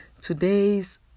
Today's